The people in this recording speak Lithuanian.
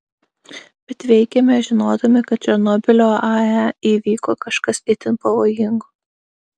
bet veikėme žinodami kad černobylio ae įvyko kažkas itin pavojingo